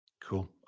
Cool